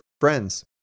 friends